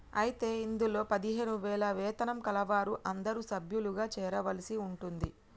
అయితే ఇందులో పదిహేను వేల వేతనం కలవారు అందరూ సభ్యులుగా చేరవలసి ఉంటుంది